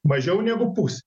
mažiau negu pusė